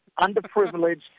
underprivileged